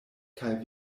kaj